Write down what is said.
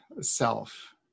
self